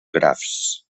grafs